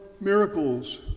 miracles